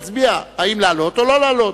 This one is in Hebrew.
ואנחנו נצביע אם להעלות או לא להעלות.